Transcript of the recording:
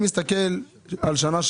תמיד היה שכר דירה, גם